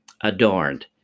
adorned